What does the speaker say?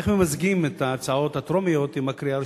איך ממזגים את ההצעות הטרומיות עם הקריאה הראשונה?